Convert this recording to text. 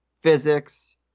physics